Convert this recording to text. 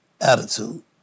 attitude